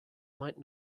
might